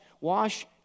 wash